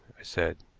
i said.